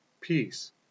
peace